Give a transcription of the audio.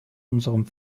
unserem